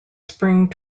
spring